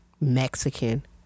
mexican